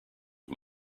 who